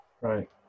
Right